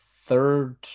third